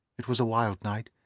it was a wild night.